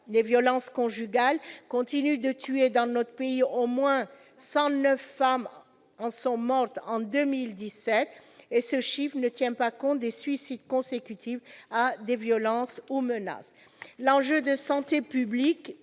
Les violences conjugales continuent de tuer dans notre pays. Ainsi, au moins 109 femmes en sont mortes en 2017, et ce chiffre ne tient pas compte des suicides consécutifs à des violences ou à des menaces. L'enjeu de santé publique,